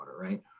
Right